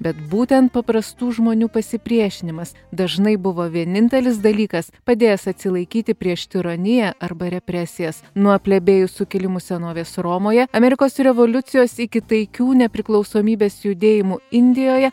bet būtent paprastų žmonių pasipriešinimas dažnai buvo vienintelis dalykas padėjęs atsilaikyti prieš tironiją arba represijas nuo plebėjų sukilimų senovės romoje amerikos revoliucijos iki taikių nepriklausomybės judėjimų indijoje